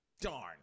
darn